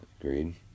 Agreed